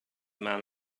man